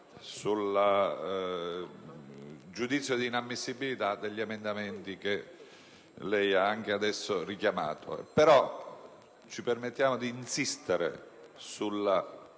sul giudizio di inammissibilità degli emendamenti, che ha anche adesso richiamato. Però ci permettiamo di insistere sulla